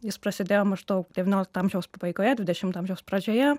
jis prasidėjo maždaug devyniolikto amžiaus pabaigoje dvidešimto amžiaus pradžioje